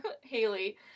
Haley